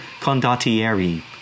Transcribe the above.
condottieri